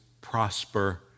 prosper